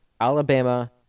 Alabama